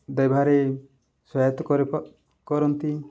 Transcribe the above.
ଦେବାରେ ସହାୟତା କରନ୍ତି